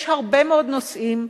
יש הרבה מאוד נושאים.